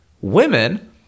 Women